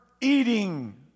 eating